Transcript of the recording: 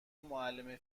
معلم